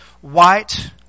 white